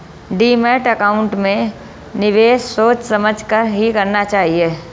demat account में निवेश सोच समझ कर ही करना चाहिए